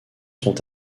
sont